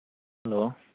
hello